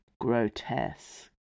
Grotesque